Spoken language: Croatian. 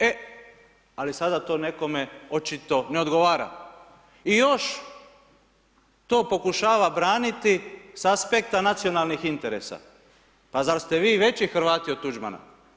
E, ali sada to nekome očito ne odgovara, i još to pokušava braniti sa aspekta nacionalnih interesa, pa zar ste vi veći Hrvata od Tuđmana?